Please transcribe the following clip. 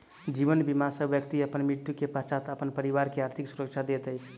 जीवन बीमा सॅ व्यक्ति अपन मृत्यु के पश्चात अपन परिवार के आर्थिक सुरक्षा दैत अछि